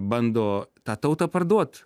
bando tą tautą parduot